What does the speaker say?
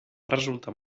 resultar